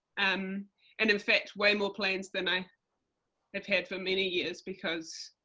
um and in fact way more plans than i had had for many years because,